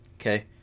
okay